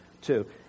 two